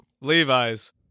levi's